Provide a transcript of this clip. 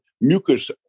Mucus